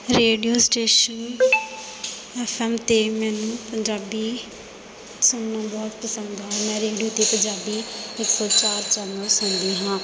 radio station F M 'ਤੇ ਮੈਨੂੰ ਪੰਜਾਬੀ ਸੁਣਨਾ ਬਹੁਤ ਪਸੰਦ ਹੈ ਮੈਂ ਰੇਡੀਓ 'ਤੇ ਪੰਜਾਬੀ ਵਿੱਚ ਸੁਰਤਾਲ ਚੈਨਲ ਸੁਣਦੀ ਹਾਂ